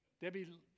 Debbie